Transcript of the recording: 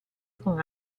con